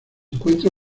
encuentra